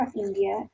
India